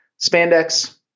spandex